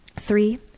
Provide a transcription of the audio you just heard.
three,